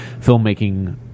filmmaking